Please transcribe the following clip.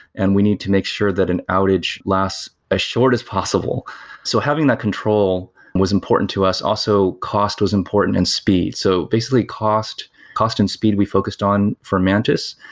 and we need to make sure that an outage lasts as ah short as possible so having that control was important to us. also cost was important and speed. so basically, cost cost and speed we focused on for mantis.